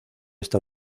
esta